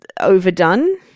overdone